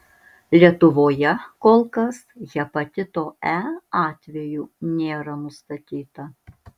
lietuvoje kol kas hepatito e atvejų nėra nustatyta